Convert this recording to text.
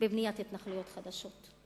בבניית התנחלויות חדשות.